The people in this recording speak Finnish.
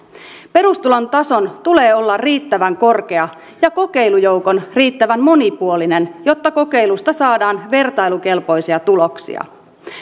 perustulon tason tulee olla riittävän korkea ja kokeilujoukon riittävän monipuolinen jotta kokeilusta saadaan vertailukelpoisia tuloksia